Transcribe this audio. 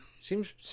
seems